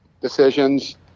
decisions